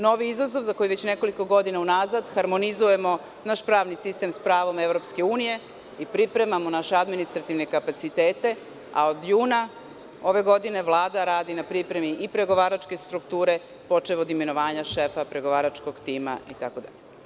Novi izazov, za koji već nekoliko godina unazad harmonizujemo naš pravni sistem sa pravom EU i pripremamo naše administrativne kapacitete, a od juna ove godine Vlada radi na pripremi i pregovaračke strukture, počev od imenovanja šefa pregovaračkog tima itd.